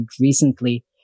recently